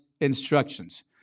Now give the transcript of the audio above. instructions